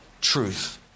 truth